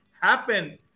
happen